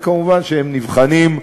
ומובן שהם נבחנים,